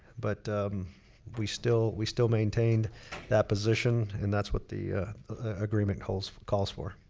but we still we still maintained that position. and that's what the agreement calls calls for.